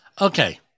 Okay